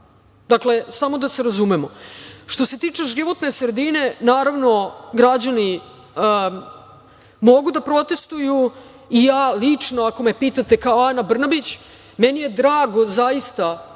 tako. Dakle, da se razumemo, što se tiče životne sredine, naravno, građani mogu da protestvuju. Lično, ako me pitate kao Ana Brnabić, meni je drago, zaista,